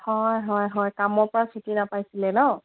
হয় হয় হয় কামৰ পৰা ছুটী নাপাইছিলে ন